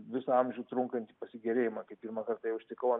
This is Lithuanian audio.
visą amžių trunkantį pasigėrėjimą kai pirmą kartą ją užtikau ant